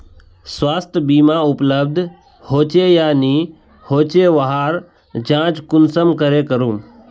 स्वास्थ्य बीमा उपलब्ध होचे या नी होचे वहार जाँच कुंसम करे करूम?